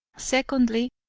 secondly,